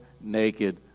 naked